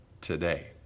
today